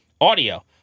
audio